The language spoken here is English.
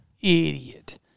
idiot